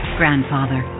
grandfather